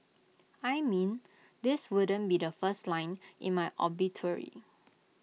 I mean this wouldn't be the first line in my obituary